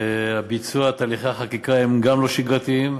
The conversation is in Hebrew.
וביצוע תהליכי החקיקה גם הוא לא שגרתי,